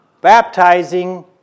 baptizing